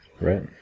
right